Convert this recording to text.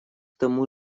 тому